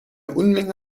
unmenge